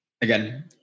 Again